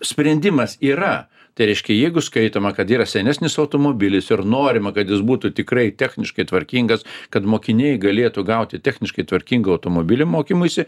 sprendimas yra tai reiškia jeigu skaitoma kad yra senesnis automobilis ir norima kad jis būtų tikrai techniškai tvarkingas kad mokiniai galėtų gauti techniškai tvarkingą automobilį mokymuisi